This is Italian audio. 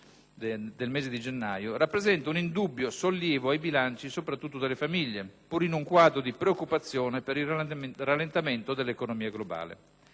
del mese di gennaio, rappresenta un indubbio sollievo per i bilanci, soprattutto delle famiglie, pur in un quadro di preoccupazione per il rallentamento dell'economia globale.